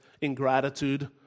ingratitude